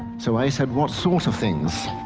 so i said, what sort of things?